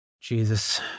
Jesus